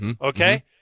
okay